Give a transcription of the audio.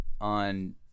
on